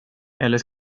eller